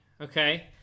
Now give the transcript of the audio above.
okay